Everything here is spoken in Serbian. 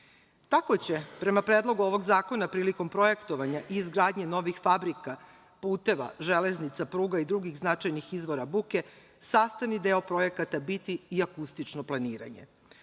će prema Predlogu ovog zakona prilikom projektovanja i izgradnje novih fabrika, puteva, železnica, pruga i drugih značajnih izvora buke sastavni deo projekata biti i akustično planiranje.